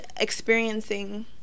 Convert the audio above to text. experiencing